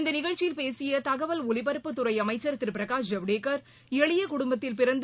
இந்த நிகழ்ச்சியில் பேசிய தகவல் ஒலிபரப்புத்துறை அமைச்சர் திரு பிரகாஷ் ஜவடேக்கர் எளிய குடும்பத்தில் பிறந்து